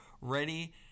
ready